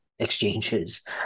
exchanges